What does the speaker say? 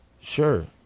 Sure